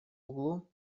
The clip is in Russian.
углу